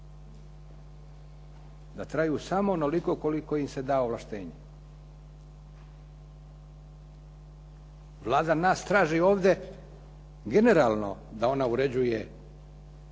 Da traju samo onoliko koliko im se da ovlaštenje. Vlada nas traži ovdje generalno da ona uređuje